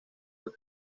del